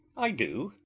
i do.